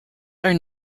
are